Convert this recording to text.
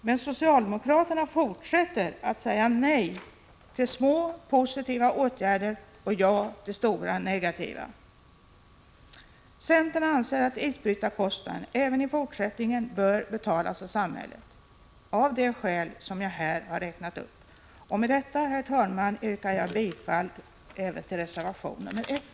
Men socialdemokraterna fortsätter att säga nej till små positiva åtgärder och ja till stora negativa. Centern anser att isbrytarkostnaden även i fortsättningen bör betalas av samhället av de skäl jag här räknat upp. Herr talman! Med detta yrkar jag bifall till reservation 1.